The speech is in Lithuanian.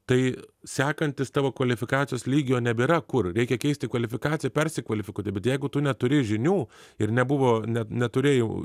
tai sekantis tavo kvalifikacijos lygio nebėra kur reikia keisti kvalifikaciją persikvalifikuoti bet jeigu tu neturi žinių ir nebuvo net neturėjau